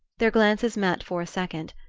their glances met for a second,